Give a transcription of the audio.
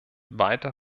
weiter